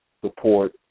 support